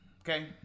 okay